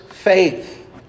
Faith